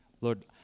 Lord